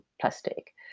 plastic